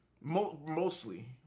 mostly